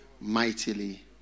mightily